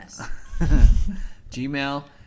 Gmail